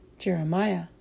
Jeremiah